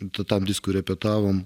tam diskui repetavom